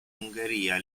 ungheria